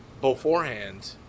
beforehand